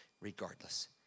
regardless